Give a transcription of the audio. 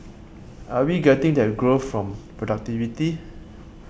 are we getting that growth from productivity